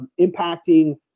impacting